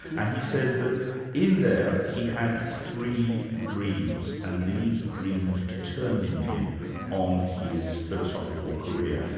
and he says that in there, he had three dreams and these dreams determined him on his philosophical career.